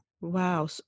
Wow